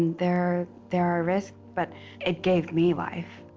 there there are risks. but it gave me life.